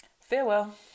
Farewell